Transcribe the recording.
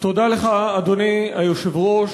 תודה לך, אדוני היושב-ראש.